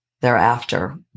thereafter